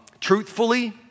Truthfully